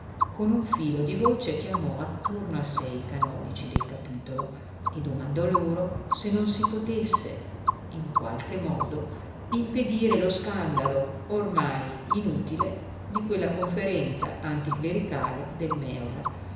con un filo di voce chiamò attorno a sé i canonici del capitolo e domandò loro se non si potesse in qualche modo impedire lo scandalo ormai inutile di quella conferenza anticlericale del